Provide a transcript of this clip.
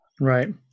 Right